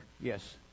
Yes